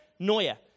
noia